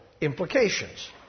implications